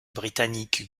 britannique